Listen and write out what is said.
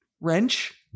Wrench